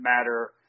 matter